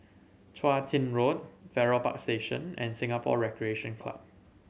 Chun Tin Road Farrer Park Station and Singapore Recreation Club